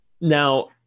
Now